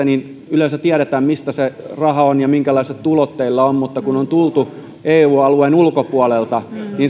niin yleensä tiedetään mistä se raha on ja minkälaiset tulot teillä on mutta kun on tultu eu alueen ulkopuolelta niin